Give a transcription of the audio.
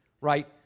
right